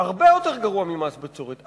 יותר גרוע ממס בצורת.